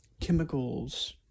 chemicals